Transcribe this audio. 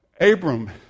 Abram